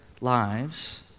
lives